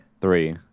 Three